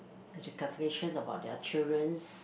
have to calculation about their children's